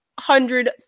hundred